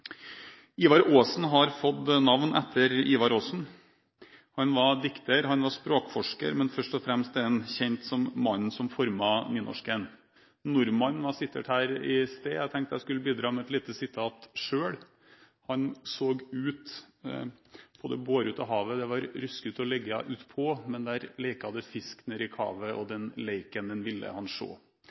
Ivar Aasen har fått navn etter Ivar Aasen. Han var dikter, han var språkforsker, men først og fremst kjent som mannen som formet nynorsken. «Nordmannen» ble sitert her i sted. Jeg tenkte jeg skulle bidra med et lite sitat selv: «Han saag ut paa det baarutte Havet; der var ruskutt aa leggja ut paa; men der leikade Fisk ned i Kavet, og den Leiken den vilde han